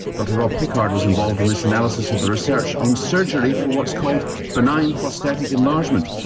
but rob pickard was involved in this analysis of the research on surgery for what's called benign prostatic enlargement.